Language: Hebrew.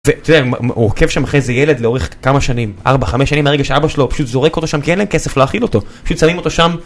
הוא עוקב שם אחרי איזה ילד לאורך כמה שנים, 4-5 שנים מהרגע שאבא שלו פשוט זורק אותו שם כי אין להם כסף להאכיל אותו, פשוט שמים אותו שם